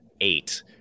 eight